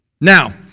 Now